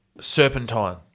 Serpentine